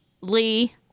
Lee